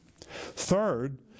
Third